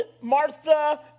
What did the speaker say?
Martha